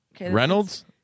Reynolds